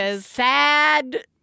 sad